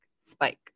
spike